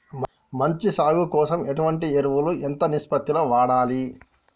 మంచి సాగు కోసం ఎటువంటి ఎరువులు ఎంత నిష్పత్తి లో వాడాలి?